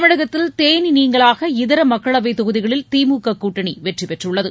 தமிழகத்தில் தேனி நீங்கலாக இதர மக்களவை தொகுதிகளில் திமுக கூட்டணி வெற்றி பெற்றுள்ளது